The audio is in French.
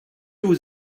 vous